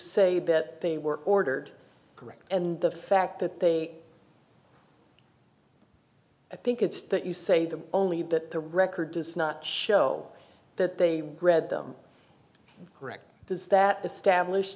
say that they were ordered correct and the fact that they think it's that you say them only that the record does not show that they grabbed them correct does that the stablished